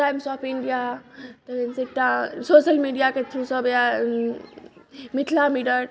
times of India तहन से एकटा सोशल मीडिया के थ्रु सब अछि मिथिला मिरर